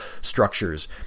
structures